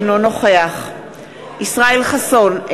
אינו נוכח ישראל חסון,